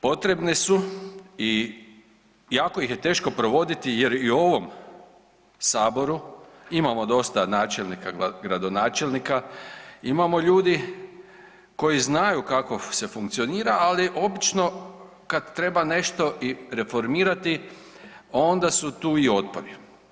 Potrebne su i jako ih je teško provoditi jer i u ovom Saboru imamo dosta načelnika, gradonačelnika, imamo ljudi koji znaju kako se funkcionira, ali obično kad treba nešto i reformirati onda su tu i otpori.